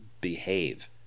behave